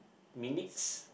minutes